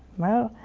well,